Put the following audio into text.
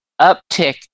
uptick